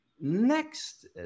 next